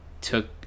took